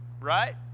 right